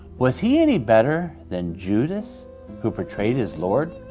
was he any better than judas who betrayed his lord?